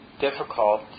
difficult